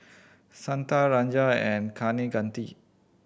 Santha Rajan and Kaneganti